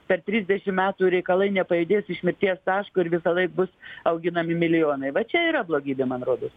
per trisdešimt metų reikalai nepajudės iš mirties taško ir visąlaik bus auginami milijonai va čia yra blogybė man rodos